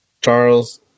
Charles